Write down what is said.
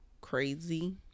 crazy